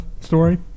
story